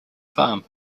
farm